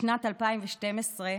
בשנת 2012,